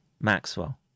Maxwell